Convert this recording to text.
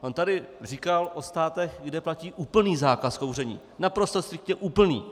On tady říkal o státech, kde platí úplný zákaz kouření, naprosto striktně úplný.